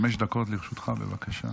חמש דקות לרשותך, בבקשה.